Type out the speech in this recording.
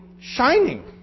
shining